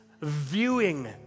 viewing